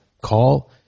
call